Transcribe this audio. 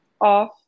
off